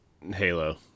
Halo